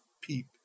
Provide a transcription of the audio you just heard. peep